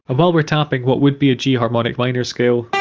while we're tapping what would be a harmonic minor scale